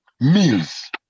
meals